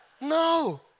No